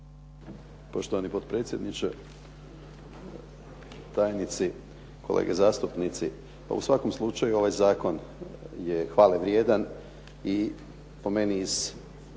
Poštovani potpredsjedniče, tajnici, kolege zastupnici. Pa u svakom slučaju ovaj zakon je hvale vrijedan i po meni iz